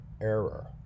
error